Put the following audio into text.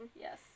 yes